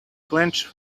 clenched